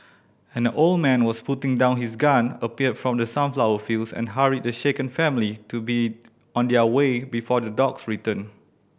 and old man was putting down his gun appeared from the sunflower fields and hurried the shaken family to be on their way before the dogs return